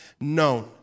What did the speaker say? known